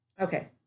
Okay